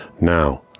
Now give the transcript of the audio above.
now